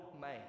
man